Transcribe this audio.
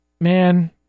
man